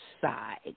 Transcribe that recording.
side